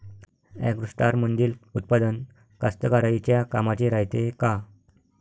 ॲग्रोस्टारमंदील उत्पादन कास्तकाराइच्या कामाचे रायते का?